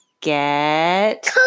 Get